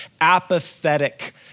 apathetic